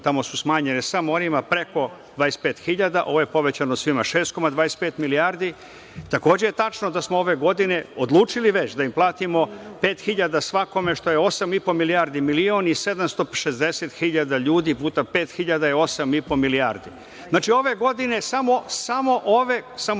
svima. Smanjene su samo onima preko 25.000, a ovo je povećano svima 6,25 milijardi. Takođe je tačno da smo ove godine odlučili da im platimo 5.000 svakome, što je 8,5 milijardi. Milion i 760 hiljada ljudi puta 5.000 je 8,5 milijardi. Znači, samo ove